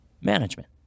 management